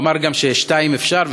הוא אמר גם ששתיים אפשר,